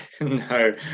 No